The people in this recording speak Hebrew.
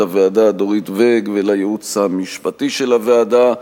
הוועדה דורית ואג ולייעוץ המשפטי של הוועדה.